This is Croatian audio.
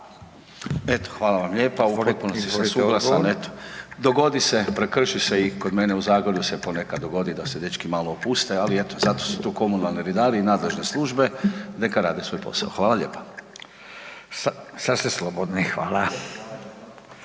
Davor (DP)** U potpunosti sam suglasan, al eto, dogodi se, prekrši se i kod mene u Zagorju se ponekad dogodi da se dečki malo opuste, ali eto zato su tu komunalni redari i nadležne službe, neka rade svoj posao. Hvala lijepa. **Radin,